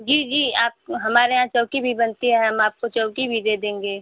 जी जी आप हमारे यहाँ चौकी भी बनती है हम आपको चौकी भी दे देंगे